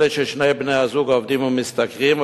אלה ששני בני-הזוג עובדים ומשתכרים,